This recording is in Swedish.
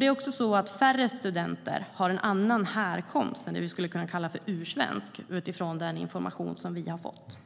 Det är också så att färre studenter än tidigare har annan härkomst än vad vi skulle kunna kalla för ursvensk, utifrån den information vi har fått.